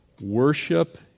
Worship